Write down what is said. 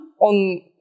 on